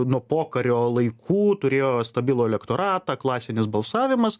nuo pokario laikų turėjo stabilų elektoratą klasinis balsavimas